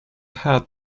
hard